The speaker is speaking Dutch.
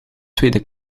tweede